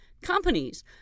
Companies